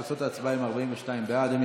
42 בעד,